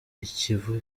ikivu